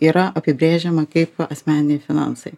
yra apibrėžiama kaip asmeniniai finansai